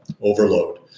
overload